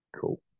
Cool